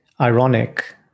Ironic